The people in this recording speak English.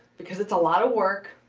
because it's a lot of work.